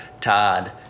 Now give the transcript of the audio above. Todd